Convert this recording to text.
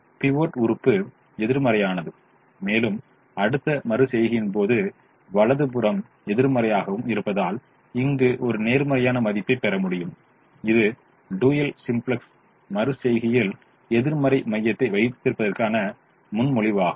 pivot உறுப்பு எதிர்மறையானது மேலும் அடுத்த மறு செய்கையின் பொது வலது புறம் எதிர்மறையாக இருப்பதால் இங்கு ஒரு நேர்மறையான மதிப்பைப் பெற முடியும் இது டூயல் சிம்ப்ளக்ஸ் மறு செய்கையில் எதிர்மறை மையத்தை வைத்திருப்பதற்கான முன்மொழிவாகும்